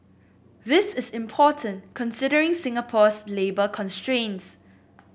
this is important considering Singapore's labour constraints